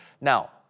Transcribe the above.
Now